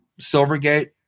Silvergate